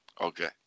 Okay